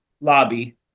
lobby